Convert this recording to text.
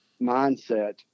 mindset